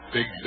Big